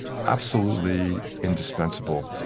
absolutely indispensable.